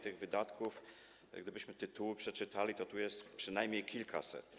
Tych wydatków, gdybyśmy tytuły przeczytali, to tu jest przynajmniej kilkaset.